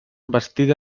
bastida